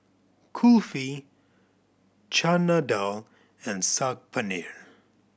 Kulfi Chana Dal and Saag Paneer